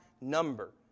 number